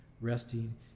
resting